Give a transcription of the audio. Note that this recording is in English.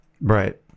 Right